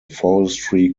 forestry